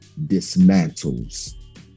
dismantles